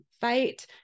fight